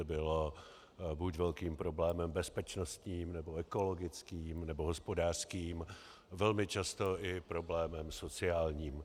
Bylo buď velkým problémem bezpečnostním, nebo ekologickým, nebo hospodářským, velmi často i problémem sociálním.